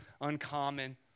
uncommon